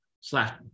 slash